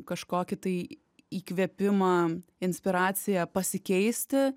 kažkokį tai įkvėpimą inspiraciją pasikeisti